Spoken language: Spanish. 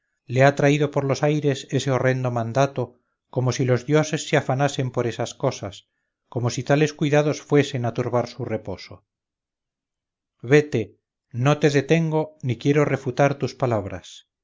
le ha traído por los aires ese horrendo mandato como si los dioses se afanasen por esas cosas como si tales cuidados fuesen a turbar su reposo vete no te detengo ni quiero refutar tus palabras